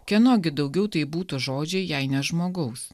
kieno gi daugiau tai būtų žodžiai jei ne žmogaus